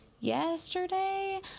yesterday